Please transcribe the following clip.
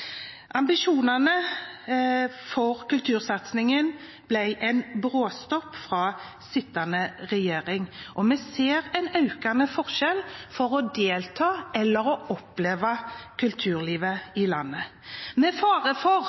ambisjonene for kultursatsingen fra den sittende regjering, og vi ser økende forskjeller når det gjelder å kunne delta eller å kunne oppleve kulturlivet i landet. Med fare for